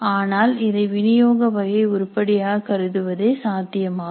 ஆனால் இதை வினியோக வகை உருப்படியாக கருதுவதே சாத்தியமாகும்